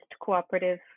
cooperative